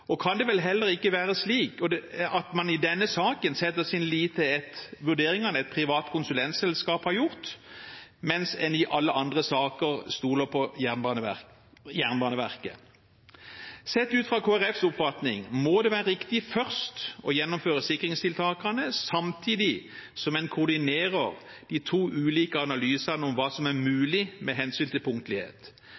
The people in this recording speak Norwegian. Det kan vel heller ikke være slik at man i denne saken setter sin lit til vurderingene et privat konsulentselskap har gjort, mens en i alle andre saker stoler på Jernbaneverket? Etter Kristelig Folkepartis oppfatning må det være riktig først å gjennomføre sikringstiltakene, samtidig som en koordinerer de to ulike analysene om hva som er